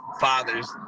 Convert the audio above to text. fathers